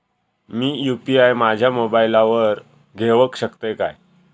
मी UPI माझ्या मोबाईलावर घेवक शकतय काय?